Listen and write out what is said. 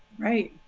right.